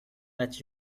let